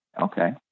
Okay